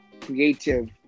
creative